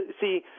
see